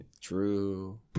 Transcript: True